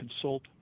consult